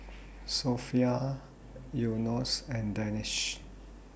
Sofea Yunos and Danish